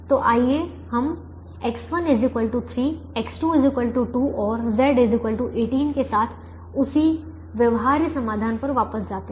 तो आइए हम X1 3 X2 2 और Z 18 के साथ उसी व्यवहार्य समाधान पर वापस जाते हैं